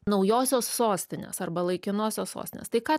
naujosios sostinės arba laikinosios sostinės tai ką